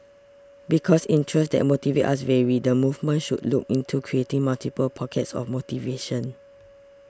because interests that motivate us vary the movement should look into creating multiple pockets of motivation